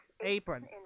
apron